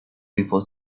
before